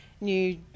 new